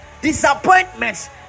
disappointments